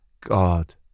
God